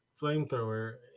flamethrower